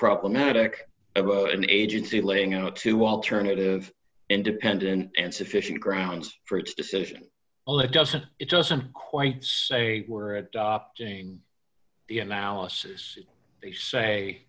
problematic of an agency laying out two alternative independent and sufficient grounds for its decision well it doesn't it doesn't quite say we're adopting the analysis they say